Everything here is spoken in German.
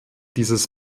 dieses